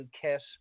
KISS